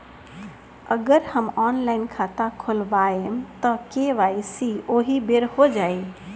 अगर हम ऑनलाइन खाता खोलबायेम त के.वाइ.सी ओहि बेर हो जाई